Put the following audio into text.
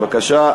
בבקשה.